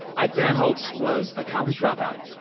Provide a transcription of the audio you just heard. ike barinholtz was a college dropout.